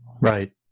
right